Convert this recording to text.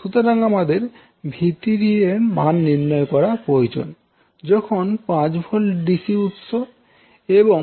সুতরাং আমাদের 𝛎3 এর মান নির্ণয় করা প্রয়োজন যখন 5 V ডিসি উৎস এবং